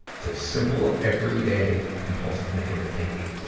to simple, everyday compulsive, negative thinking.